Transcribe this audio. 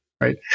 right